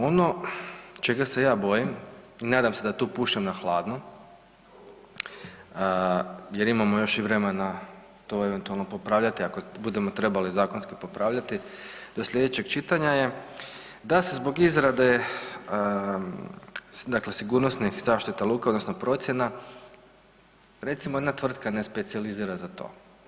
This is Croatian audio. Ono čega se ja bojim i nadam se da tu pušem na hladno, jer imamo još i vremena to eventualno popravljati ako budemo trebali zakonski popravljati do sljedećeg je čitanja da se zbog izrade, dakle sigurnosnih zaštita luka odnosno procjena recimo jedna tvrtka ne specijalizira za to.